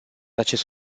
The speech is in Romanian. acest